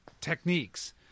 techniques